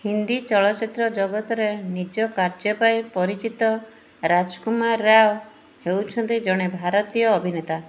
ହିନ୍ଦୀ ଚଳଚ୍ଚିତ୍ର ଜଗତରେ ନିଜ କାର୍ଯ୍ୟ ପାଇଁ ପରିଚିତ ରାଜକୁମାର ରାଓ ହେଉଛନ୍ତି ଜଣେ ଭାରତୀୟ ଅଭିନେତା